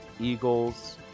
Eagles